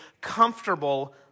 comfortable